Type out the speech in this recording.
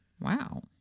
wow